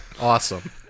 Awesome